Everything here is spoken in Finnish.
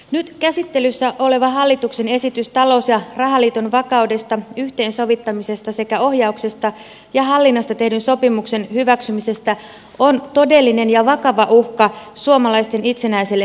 nyt käsittelyssä oleva hallituksen esitys talous ja rahaliiton vakaudesta yhteensovittamisesta sekä ohjauksesta ja hallinnasta tehdyn sopimuksen hyväksymisestä on todellinen ja vakava uhka suomalaisten itsenäiselle päätösvallalle